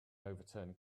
overturned